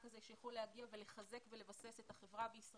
הזה שיכול להגיע ולחזק ולבסס את החברה בישראל,